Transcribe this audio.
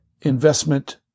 investment